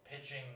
pitching